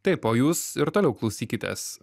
taip o jūs ir toliau klausykitės